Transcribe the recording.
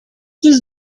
was